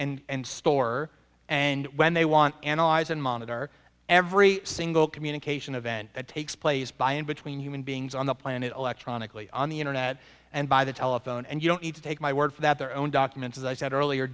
cake and store and when they want analyze and monitor every single communication event that takes place by and between human beings on the planet electronically on the internet and by the telephone and you don't need to take my word for that their own documents as i said earlier